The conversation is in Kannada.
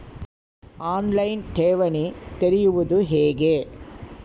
ಆನ್ ಲೈನ್ ಠೇವಣಿ ತೆರೆಯುವುದು ಹೇಗೆ?